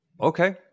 okay